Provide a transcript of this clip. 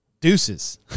deuces